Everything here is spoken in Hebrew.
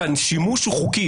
אז השימוש הוא חוקי.